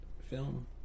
film